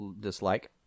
dislike